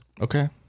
Okay